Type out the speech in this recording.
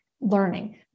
learning